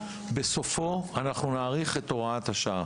בסופו אנחנו נאריך את הוראת השעה,